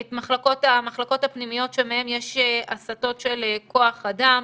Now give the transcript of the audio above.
את המחלקות הפנימיות שמהן יש הסטות של כוח אדם.